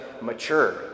mature